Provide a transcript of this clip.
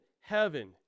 heaven